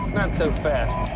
so fast.